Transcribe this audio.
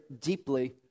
deeply